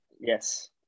Yes